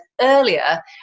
earlier